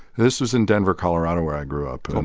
this was in denver, colo, ah and where i grew up.